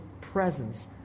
presence